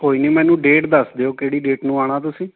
ਕੋਈ ਨੀ ਮੈਨੂੰ ਡੇਟ ਦੱਸ ਦਿਓ ਕਿਹੜੀ ਡੇਟ ਨੂੰ ਆਉਣਾ ਤੁਸੀਂ